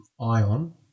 ion